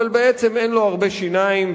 אבל בעצם אין לו הרבה שיניים,